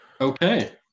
Okay